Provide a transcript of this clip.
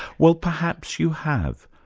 well perhaps you have,